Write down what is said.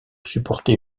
supporter